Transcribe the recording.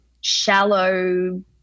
shallow